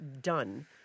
done